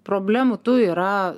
problemų tų yra